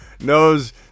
Knows